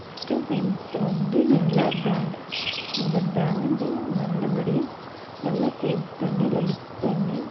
apsara paint வந்து நல்ல brand அந்த பிராண்டு நல்லபடியாக நல்லா பே தண்ணியில் லிக் பண்ணி